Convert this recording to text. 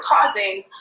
causing